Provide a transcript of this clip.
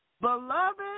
Beloved